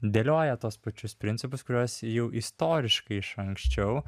dėlioja tuos pačius principus kuriuos jau istoriškai iš anksčiau